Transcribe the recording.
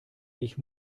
ich